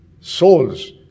souls